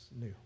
new